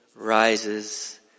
rises